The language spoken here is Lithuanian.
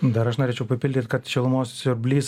dar aš norėčiau papildyt kad šilumos siurblys